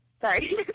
sorry